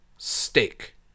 steak